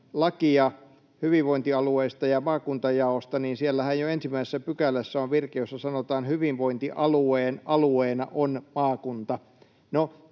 lakia hyvinvointialueista ja maakuntajaosta, niin siellähän jo ensimmäisessä pykälässä on virke, jossa sanotaan ”hyvinvointialueen alueena on maakunta”.